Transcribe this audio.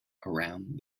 around